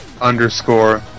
underscore